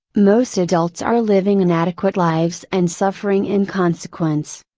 most adults are living inadequate lives and suffering in consequence.